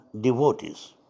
devotees